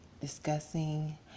discussing